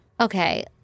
Okay